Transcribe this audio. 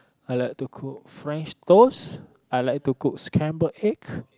I like to cook french toast I like to cook scramble egg